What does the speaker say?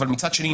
אבל מצד שני,